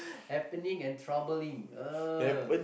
happening and troubling ah